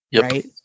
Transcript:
right